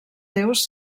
déus